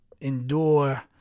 endure